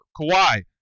Kawhi